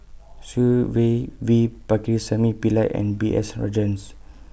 Tsung Yeh V Pakirisamy Pillai and B S Rajhans